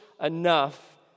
enough